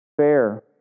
Fair